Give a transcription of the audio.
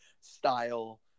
style